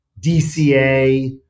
DCA